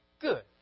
good